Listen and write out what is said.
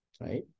right